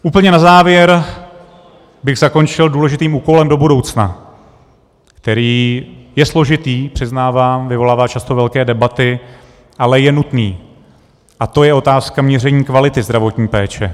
Úplně na závěr bych zakončil důležitým úkolem do budoucna, který je složitý, přiznávám, vyvolává často velké debaty, ale je nutný, a to je otázka měření kvality zdravotní péče.